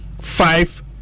five